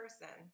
person